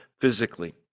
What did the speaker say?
physically